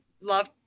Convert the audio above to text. love